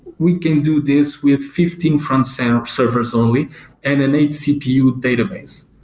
we can do this with fifteen frontend servers only and an eight cpu database.